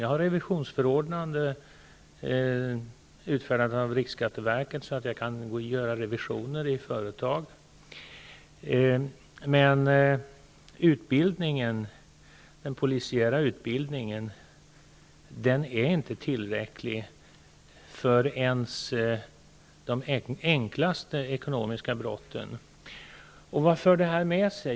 Jag har revisionsförordnande utfärdat av riksskatteverket så att jag kan göra revisioner i företag, men den polisiära utbildningen är inte tillräcklig för ens de enklaste ekonomiska brotten. Vad för det med sig?